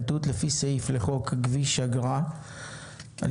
תות לפי סעיף 3(ג) לחוק כביש אגרה (כביש ארצי לישראל),